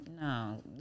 no